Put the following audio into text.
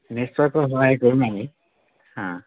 নিশ্চয়কৈ সহায় কৰিম আমি